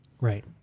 right